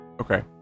okay